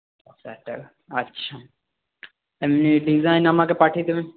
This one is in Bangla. দশ হাজার টাকা আচ্ছা এমনি ডিজাইন আমাকে পাঠিয়ে দেবেন